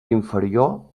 inferior